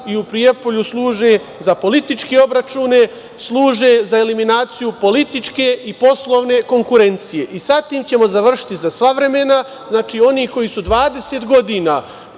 i u Prijepolju službe za politički obračune, služe za eliminaciju političke i poslovne konkurencije. Sa tim ćemo završiti za sva vremena. Znači, oni koji su 20 godina